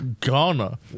Ghana